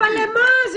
אבל למה?